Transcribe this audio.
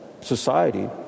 society